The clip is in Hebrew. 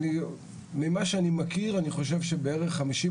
ממה שאני מכיר אני חושב שבערך חמישים